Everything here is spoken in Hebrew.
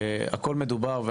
הכל מדובר,